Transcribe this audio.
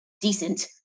decent